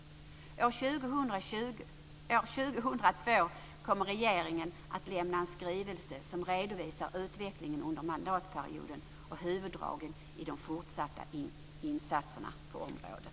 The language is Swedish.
År 2002 kommer regeringen att lämna en skrivelse som redovisar utvecklingen under mandatperioden och huvuddragen i de fortsatta insatserna på området.